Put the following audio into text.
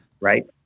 Right